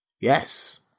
Yes